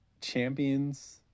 champions